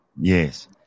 yes